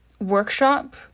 workshop